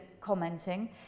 commenting